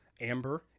amber